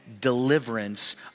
deliverance